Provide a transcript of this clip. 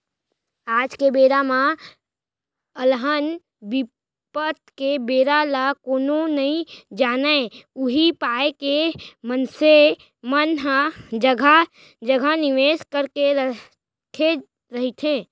आज के बेरा म अलहन बिपत के बेरा ल कोनो नइ जानय उही पाय के मनसे मन ह जघा जघा निवेस करके रखे रहिथे